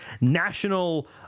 National